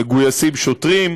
מגויסים שוטרים,